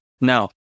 No